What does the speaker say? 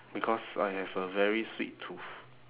because I have a very sweet tooth